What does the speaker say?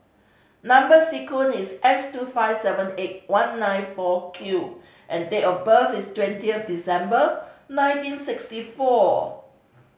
number sequence is S two five seven eight one nine four Q and date of birth is twentieth December nineteen sixty four